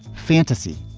fantasy.